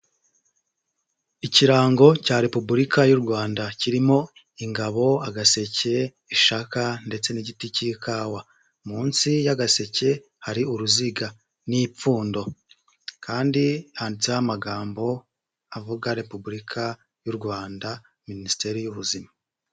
Ikirango cya Repubulika y'u Rwanda kirimo ingabo, agaseke, ishaka ndetse n'igiti cy'ikawa, munsi y'agaseke hari uruziga n'ipfundo, kandi handitseho amagambo avuga repubulika y'u Rwanda minisiteri y'ubuzima.